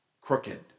crooked